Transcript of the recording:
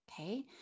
Okay